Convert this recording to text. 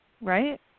Right